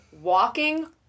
walking